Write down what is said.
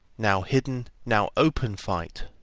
now hidden, now open fight,